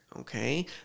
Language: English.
Okay